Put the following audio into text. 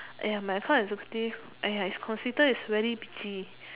!aiya! my account executive !aiya! is considered as very bitchy